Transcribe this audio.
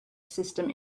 system